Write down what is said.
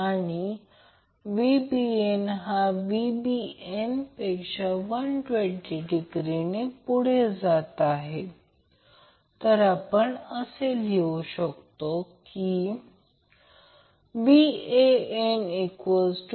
आणि मॅग्नेट हे थ्री फेजच्या वायंडीगसारखेच वेढलेले आहे ज्याला आपण थ्री फेज वायंडीग म्हणतो